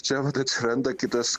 čia vat atsiranda kitas